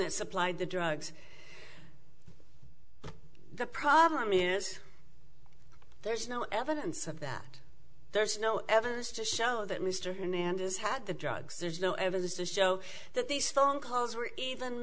that supplied the drugs the problem is there's no evidence of that there's no evidence to show that mr hernandez had the drugs there's no evidence to show that these phone calls were even